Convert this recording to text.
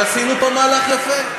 ועשינו פה מהלך יפה.